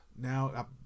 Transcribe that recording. now